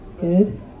Good